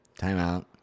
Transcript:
timeout